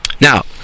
Now